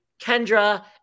Kendra